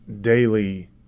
daily